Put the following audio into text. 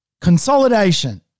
consolidation